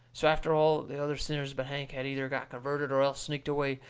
so after all the other sinners but hank had either got converted or else sneaked away,